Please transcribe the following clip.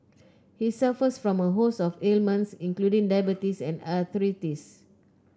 he suffers from a host of ailments including diabetes and arthritis